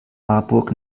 marburg